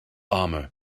armor